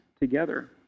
together